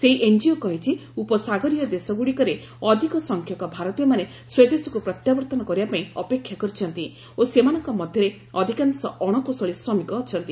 ସେହି ଏନ୍ଜିଓ କହିଛି ଉପସାଗରୀୟ ଦେଶଗୁଡ଼ିକରେ ଅଧିକ ସଂଖ୍ୟକ ଭାରତୀୟମାନେ ସ୍ୱଦେଶକୁ ପ୍ରତ୍ୟାବର୍ତ୍ତନ କରିବା ପାଇଁ ଅପେକ୍ଷା କରିଛନ୍ତି ଓ ସେମାନଙ୍କ ମଧ୍ୟରେ ଅଧିକାଂଶ ଅଣକୁଶଳୀ ଶ୍ରମିକ ଅଛନ୍ତି